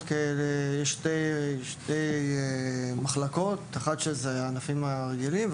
כשתי מחלקות: האחת של ענפים רגילים,